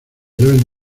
deben